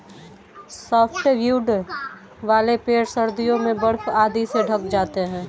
softwood वाले पेड़ सर्दियों में बर्फ आदि से ढँक जाते हैं